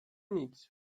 nic